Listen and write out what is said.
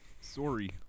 Sorry